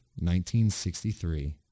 1963